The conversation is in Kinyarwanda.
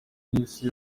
n’isi